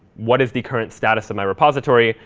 what is the current status of my repository,